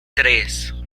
tres